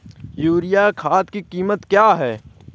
Urea खाद की कीमत क्या है?